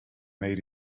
made